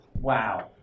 wow